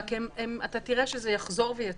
רק שתראה שזה יחזור ויצוץ.